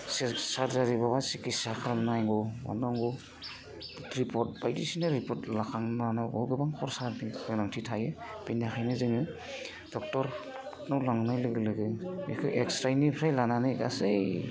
surgery माबा सिकित्सा नायबावनांगौ रिपर्ट बायदिसिना रिपर्ट लाखांना गोबां खरसा गोनांथि थायो बेनिखायनो जोङो ड'क्टरनाव लांनाय लोगो लोगो बेखौ एक्सरेनिफ्राय लानानै गासै